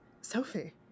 Sophie